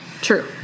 true